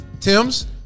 Tim's